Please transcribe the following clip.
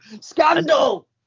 scandal